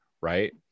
right